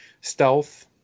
stealth